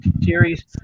series